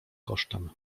kosztem